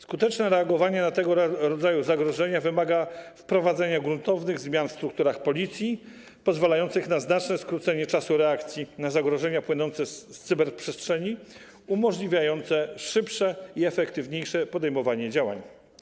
Skuteczne reagowanie na tego rodzaju zagrożenia wymaga wprowadzenia gruntownych zmian w strukturach Policji pozwalających na znaczne skrócenie czasu reakcji na zagrożenia płynące z cyberprzestrzeni, umożliwiających szybsze i efektywniejsze podejmowanie działań.